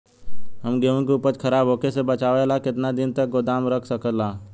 हम गेहूं के उपज खराब होखे से बचाव ला केतना दिन तक गोदाम रख सकी ला?